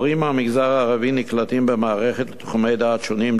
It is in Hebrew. מורים מהמגזר הערבי נקלטים במערכת בתחומי דעת שונים,